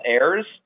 errors